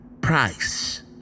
price